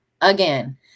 again